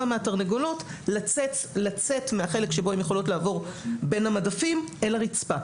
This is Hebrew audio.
מהתרנגולות לצאת מהחלק שבו הן יכולות לעבור בין המדפים אל הרצפה.